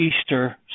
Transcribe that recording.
Easter